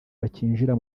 bakinjira